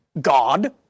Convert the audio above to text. God